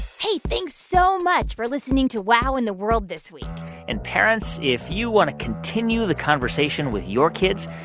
hey, thanks so much for listening to wow in the world this week and, parents, if you want to continue the conversation with your kids,